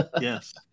Yes